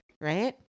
right